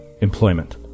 employment